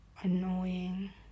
annoying